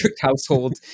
household